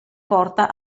porta